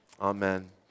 Amen